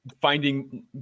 finding